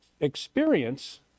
experience